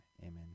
amen